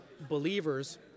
believers